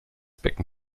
becken